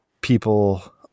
people